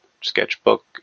sketchbook